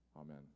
Amen